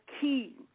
key